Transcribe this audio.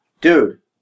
Dude